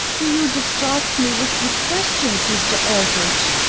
you distract me with these questions, mr. eldridge.